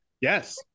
Yes